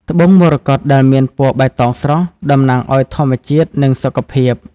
ត្បូងមរកតដែលមានពណ៌បៃតងស្រស់ តំណាងឱ្យធម្មជាតិ និងសុខភាព។